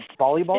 volleyball